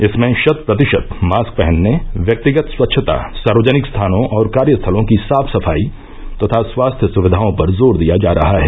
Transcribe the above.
इसमें शत प्रतिशत मास्क पहनने व्यक्तिगत स्वच्छता सार्वजनिक स्थानों और कार्यस्थलों की साफ सफाई तथा स्वास्थ्य सुविधाओं पर जोर दिया जा रहा है